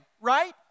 right